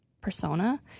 persona